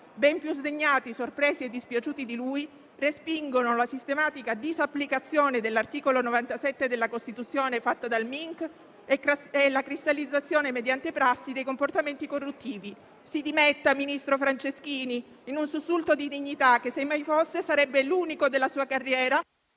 ben più sdegnati, sorpresi e dispiaciuti di lui, respingono la sistematica disapplicazione dell'articolo 97 della Costituzione fatta dal Mic e la cristallizzazione mediante prassi di comportamenti corruttivi. Si dimetta, ministro Franceschini, in un sussulto di dignità che, se mai fosse, sarebbe l'unico della sua carriera.